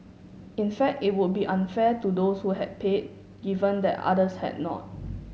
in fact it would be unfair to those who had paid given that others had not